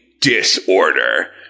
disorder